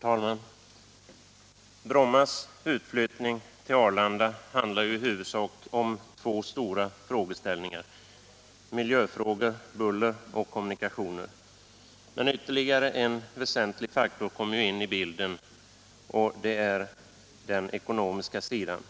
Herr talman! Brommas utflyttning till Arlanda handlar i huvudsak om två stora frågeställningar: miljöfrågor — buller — och kommunikationer. Men ytterligare en väsentlig faktor kommer in i bilden, och det är den ekonomiska sidan.